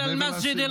אוסיף פסוק.